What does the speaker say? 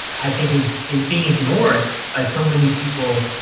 i think is is being ignored by so many people,